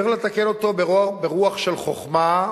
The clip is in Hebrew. צריך לתקן אותו ברוח של חוכמה,